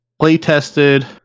play-tested